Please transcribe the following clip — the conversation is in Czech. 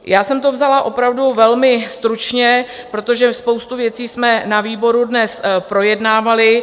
Já jsem to vzala opravdu velmi stručně, protože spoustu věcí jsme na výboru dnes projednávali.